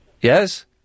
Yes